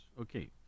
Okay